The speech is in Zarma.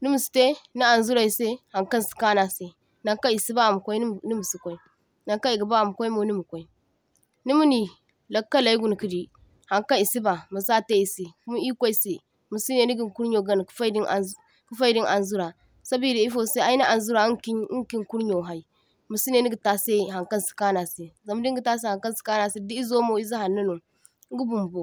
nimasita ni haŋzurai sai haŋkaŋ si kanu asai, naŋkaŋ i'siba maikwai nimasi kwai, naŋkaŋ i'gaba makwai nima kwai, nimani lakkalai guna kadi haŋkaŋ i’siba masa tai i’sai kuma ir’kwaisai masinai nigin kuryo gana kafaida ni an kafai da ni haŋzura sabida i’fosai ayni haŋzura inga kin inga kin kuryo hai, masinai nigatai a’sai hankaŋsi kanu asai zama dinga tai asai hanŋkaŋ sikanu asai kuma di i'zomo i'zai haŋnano inga bunbo.